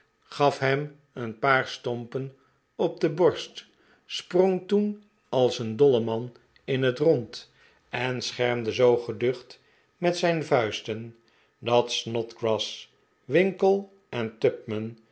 gaf hem een paar stompen op de borst sprong toen als een dolleman in het rond en schermde zoo geducht met zijn vuisten dat snodgrass winkle en